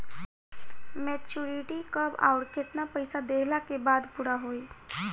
Maturity कब आउर केतना पईसा देहला के बाद पूरा होई?